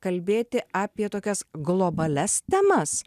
kalbėti apie tokias globalias temas